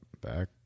back